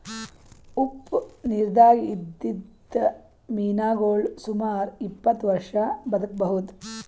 ಉಪ್ಪ್ ನಿರ್ದಾಗ್ ಇದ್ದಿದ್ದ್ ಮೀನಾಗೋಳ್ ಸುಮಾರ್ ಇಪ್ಪತ್ತ್ ವರ್ಷಾ ಬದ್ಕಬಹುದ್